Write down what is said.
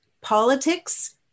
Politics